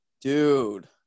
Dude